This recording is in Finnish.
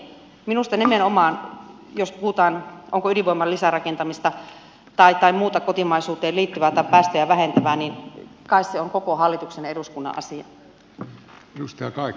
minusta jos puhutaan ydinvoiman lisärakentamisesta tai muusta kotimaisuuteen liittyvästä tai päästöjen vähentämisestä kai se on koko hallituksen ja eduskunnan asia